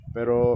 Pero